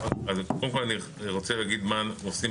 קודם כל אני רוצה להגיד מה אנחנו עושים